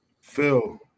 Phil